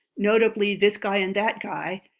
notably this guy and that guy,